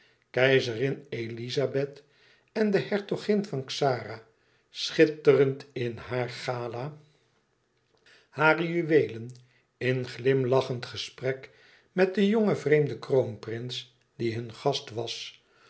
keizerin elizabeth en de hertogin van xara schitterend in haar gala hare juweelen in glimlachend gesprek met den jongen vreemden kroonprins die hun gast was